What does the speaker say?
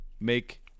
make